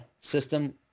system